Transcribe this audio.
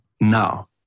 Now